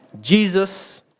Jesus